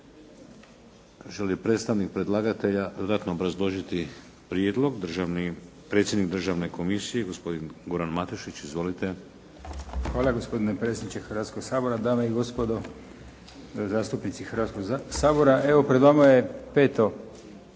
Hvala. Gospodine potpredsjedniče Hrvatskoga sabora, dame i gospodo zastupnici Hrvatskog sabora. Evo pred vama je peto